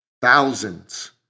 thousands